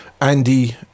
Andy